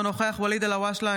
אינו נוכח ואליד אלהואשלה,